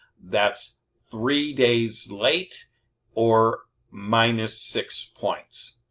that's three days late or minus six points.